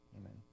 Amen